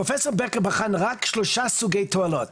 פרופ' בקר בחן רק שלושה סוגי תועלות